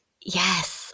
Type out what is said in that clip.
yes